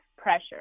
pressure